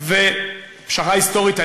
פשרה היסטורית.